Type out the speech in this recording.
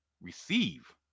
receive